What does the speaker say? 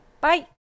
Bye